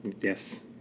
Yes